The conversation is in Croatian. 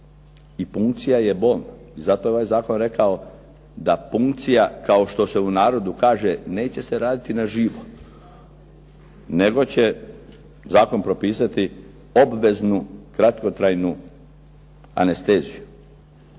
i punkcija je bolna. I zato je ovaj zakon rekao da punkcija, kao što se u narodu kaže, neće se raditi na živo nego će zakon propisati obveznu kratkotrajnu anesteziju.